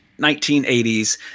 1980s